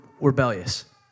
rebellious